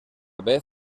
vez